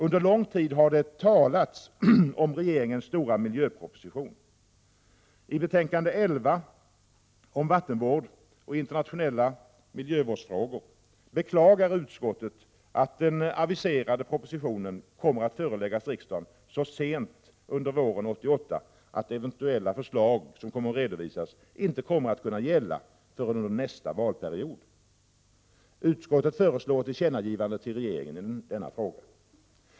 Under lång tid har det talats om regeringens stora miljöproposition. I betänkandet 11 om vattenvård och internationella miljövårdsfrågor beklagar utskottet att den aviserade propositionen kommer att föreläggas riksdagen så sent under våren 1988 att eventuella förslag som kommer att redovisas inte kommer att kunna gälla förrän under nästa valperiod. Utskottet föreslår ett tillkännagivande till regeringen i denna fråga.